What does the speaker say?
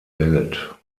welt